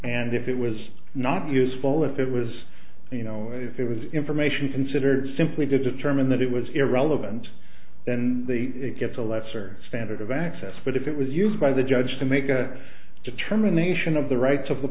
and if it was not useful if it was you know if it was information considered simply to determine that it was irrelevant then the it gets a lesser standard of access but if it was used by the judge to make a determination of the rights of the